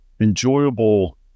enjoyable